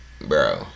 Bro